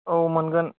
औ मोनगोन